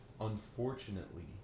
unfortunately